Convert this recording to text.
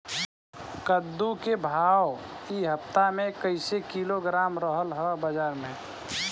कद्दू के भाव इ हफ्ता मे कइसे किलोग्राम रहल ह बाज़ार मे?